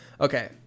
Okay